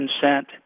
consent